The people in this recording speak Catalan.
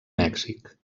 mèxic